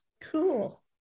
cool